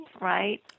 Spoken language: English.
right